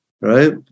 right